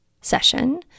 session